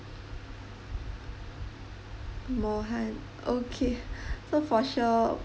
mohan okay so for sure